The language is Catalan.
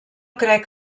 crec